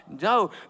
No